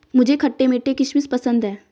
मुझे खट्टे मीठे किशमिश पसंद हैं